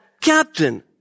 captain